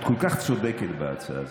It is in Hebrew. את כל כך צודקת בהצעה הזאת,